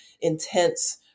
intense